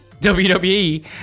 WWE